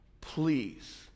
Please